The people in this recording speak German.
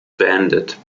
beendet